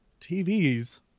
TVs